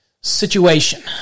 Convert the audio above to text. situation